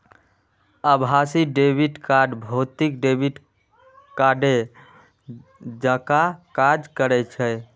आभासी debit card भौतिक debit कार्डे जकां काज करै छै